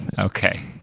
Okay